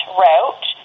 route